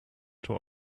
tor